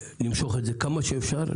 ולמשוך את זה כמה שאפשר,